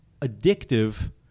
addictive